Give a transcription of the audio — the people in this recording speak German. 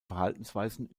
verhaltensweisen